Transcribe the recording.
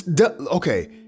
Okay